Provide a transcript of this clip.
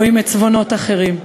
או עם עצבונות אחרים.